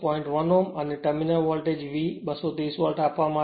1 Ω અને terminal voltage V એ 230 volt આપવામાં આવેલ છે